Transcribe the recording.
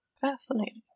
Fascinating